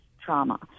trauma